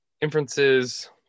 inferences